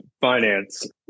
finance